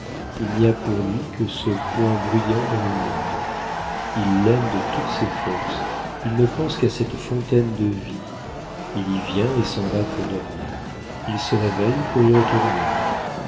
il n'y a pour lui que ce point brillant dans le monde il l'aime de toutes ses forces il ne pense qu'à cette fontaine de vie il y vient et s'en va pour dormir il se réveille pour y retourner